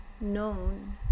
known